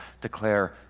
declare